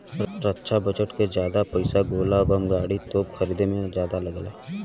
रक्षा budget के जादा पइसा गोला बम गाड़ी, तोप खरीदे में जादा लगला